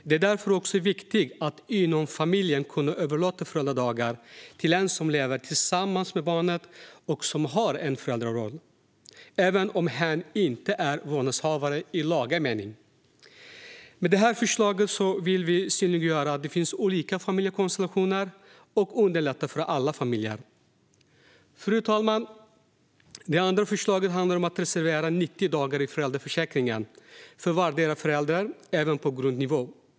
Det är därför viktigt att inom familjen kunna överlåta föräldradagar till en som lever tillsammans med barnet och som har en föräldraroll, även om hen inte är vårdnadshavare i laga mening. Med detta förslag vill vi synliggöra att det finns olika familjekonstellationer och underlätta för alla familjer. Fru talman! Det andra förslaget handlar om att reservera 90 dagar i föräldraförsäkringen för vardera föräldern även på grundnivå.